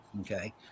Okay